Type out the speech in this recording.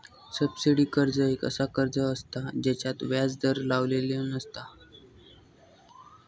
subsidy कर्ज एक असा कर्ज असता जेच्यात व्याज दर लावलेली नसता